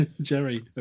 Jerry